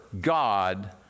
God